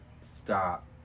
stop